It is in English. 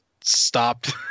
stopped